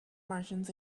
martians